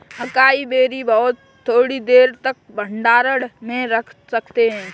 acai berry को बहुत थोड़ी देर तक भंडारण में रख सकते हैं